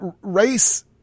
race